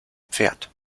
pferd